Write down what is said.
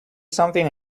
something